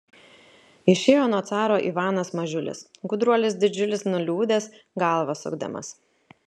išėjo nuo caro ivanas mažiulis gudruolis didžiulis nuliūdęs galvą sukdamas